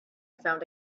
found